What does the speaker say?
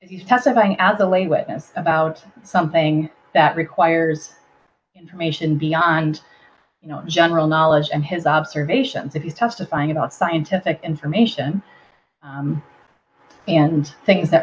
about testifying as a late witness about something that requires information beyond you know general knowledge and his observation that you testifying about scientific information and things that